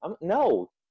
no